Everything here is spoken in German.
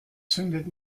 zündet